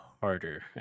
harder